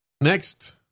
Next